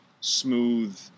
smooth